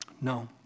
No